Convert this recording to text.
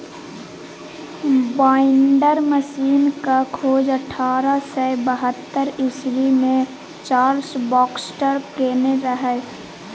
binder मशीनक खोज अठारह सय बहत्तर इस्बी मे चार्ल्स बाक्सटर केने रहय